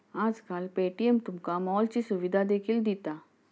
आजकाल पे.टी.एम तुमका मॉलची सुविधा देखील दिता